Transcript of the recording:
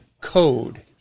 code